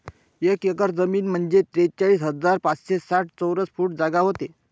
एक एकर जमीन म्हंजे त्रेचाळीस हजार पाचशे साठ चौरस फूट जागा व्हते